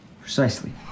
Precisely